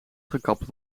gekapt